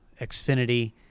Xfinity